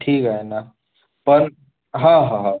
ठीक आहे ना पण हो हो